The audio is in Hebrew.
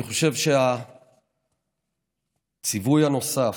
אני חושב שהציווי הנוסף,